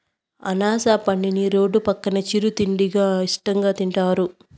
అనాస పండుని రోడ్డు పక్కన చిరు తిండిగా ఇష్టంగా తింటారు